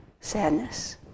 sadness